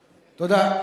תודה.